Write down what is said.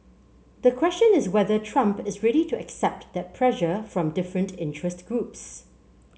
the question is whether Trump is ready to accept that pressure from different interest groups